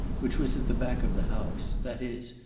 which was at the back of the house that is,